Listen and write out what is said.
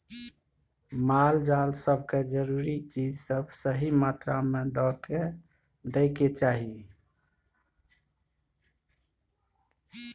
माल जाल सब के जरूरी चीज सब सही मात्रा में दइ के चाही